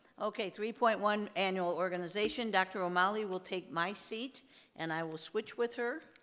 okay, three point one annual organization. dr. romali will take my seat and i will switch with her.